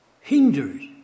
hinders